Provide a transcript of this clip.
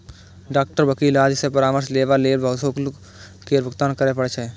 doctor, वकील आदि सं परामर्श लेबा लेल शुल्क केर भुगतान करय पड़ै छै